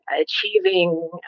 achieving